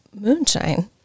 moonshine